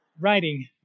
writing